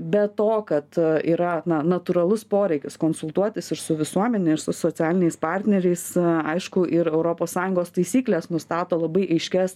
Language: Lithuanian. be to kad yra natūralus poreikis konsultuotis ir su visuomene ir su socialiniais partneriais aišku ir europos sąjungos taisyklės nustato labai aiškias